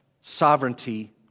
sovereignty